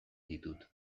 ditut